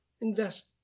invest